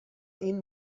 این